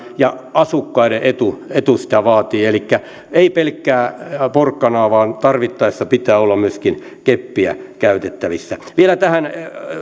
ja asukkaiden etu etu sitä vaatii elikkä ei pelkkää porkkanaa vaan tarvittaessa pitää olla myöskin keppiä käytettävissä vielä tähän